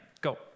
Go